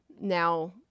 now